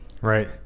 Right